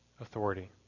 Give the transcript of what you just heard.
authority